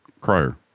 Crier